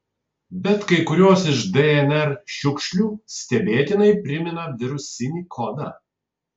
bet kai kurios iš dnr šiukšlių stebėtinai primena virusinį kodą